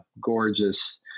gorgeous